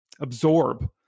absorb